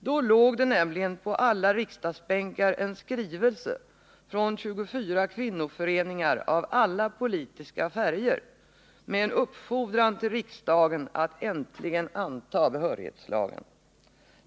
Då låg det nämligen på alla riksdagsbänkar en skrivelse från 24 kvinnoföreningar av alla politiska färger med en uppfordran till riksdagen att äntligen anta behörighetslagen.